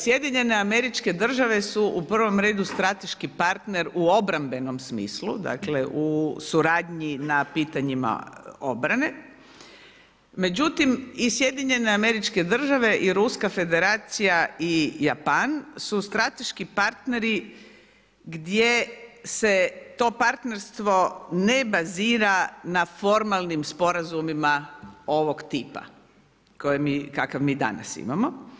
SAD su u prvom redu strateški partner u obrambenom smislu dakle u suradnji na pitanjima obrane, međutim i SAD i Ruska Federacija i Japan su strateški partneri gdje se to partnerstvo ne bazira na formalnim sporazumima ovog tipa kakav mi danas imamo.